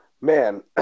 Man